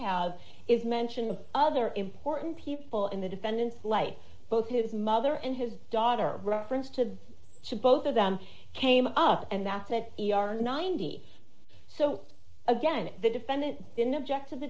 have is mention of other important people in the defendant's life both his mother and his daughter reference to to both of them came up and that's that are ninety so again the defendant didn't object to the